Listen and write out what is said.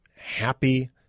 happy